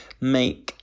make